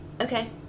okay